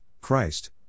Christ